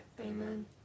Amen